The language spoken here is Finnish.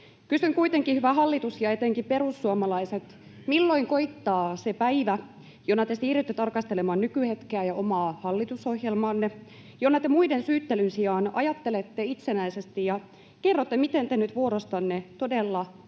Kysyn kuitenkin, hyvä hallitus ja etenkin perussuomalaiset: Milloin koittaa se päivä, jona te siirrytte tarkastelemaan nykyhetkeä ja omaa hallitusohjelmaanne, jona te muiden syyttelyn sijaan ajattelette itsenäisesti ja kerrotte, miten te nyt vuorostanne todella lunastatte